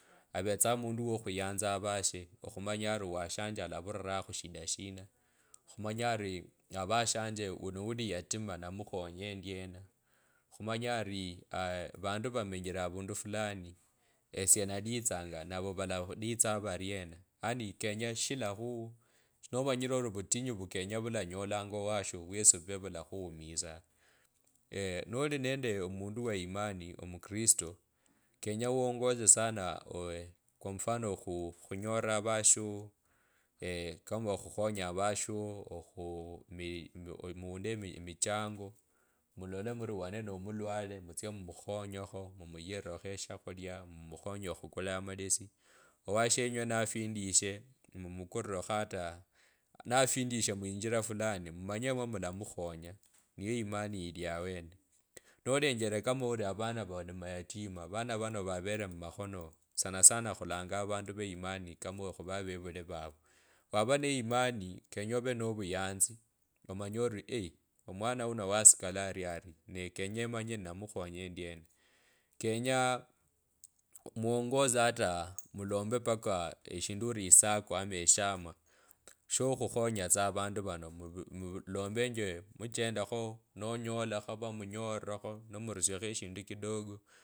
Avetsanga omundu wokhuyanza avashe okhumanya ari owashanje wuno wuli yatimana mukhonya endiena. Khumanya ari avandu vamenyire avundu fulani esie nalitsanga navo valalitsanga variena yani kenya shilakhuu nomanyile oli vutinyu vukenya vuli ni vulanyolanga owasho wesi ivuve vulakhuumizanga. oli nende omundu wa imani omukristo kenye wongose sana ava ohe kwa mfano khu khunyorire avasho kama okhukhonya avasho. okhuu mi mu- unde michango mulole muri wane nomulwale mutsie mumukhonyekho mumuyirirakho eshakhulwa mumukhenye okhukhula amalesi owacho na findishe mumukurirekho hata nafindishe muinjila fulani. mmanye mwalamukhunya niyo imani ili awene. Nolenjele kama ori avana vari amayatima vana vano kuvele mmakhono sanasana khulanyanga avandu va imani kama ori khuve avevuli vavo. wavaa ne yimani kenye ore no vuyanzi omanye ori omwana uno wasikala oriuri ne kenye emanye endi namukhonya endiana kenya mwongose hataa mulombe paka eshindu ori esacco ama eshama sho okhukhonya tsa avandu vuno muvuvi. Mlombunje ni muchendakho onyolakhova munyo rirekho nimurusiakho ashindu kidogo.